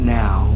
now